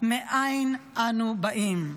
מאין אנו באים.